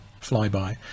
flyby